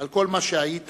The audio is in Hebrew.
על כל מה שהיית,